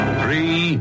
three